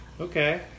Okay